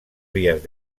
vías